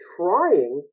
trying